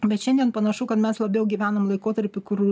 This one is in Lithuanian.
bet šiandien panašu kad mes labiau gyvenam laikotarpy kur